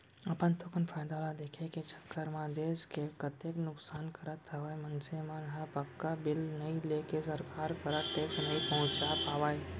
अपन थोकन फायदा ल देखे के चक्कर म देस के कतेक नुकसान करत हवय मनसे मन ह पक्का बिल नइ लेके सरकार करा टेक्स नइ पहुंचा पावय